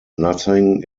nothing